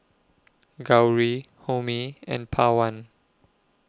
Gauri Homi and Pawan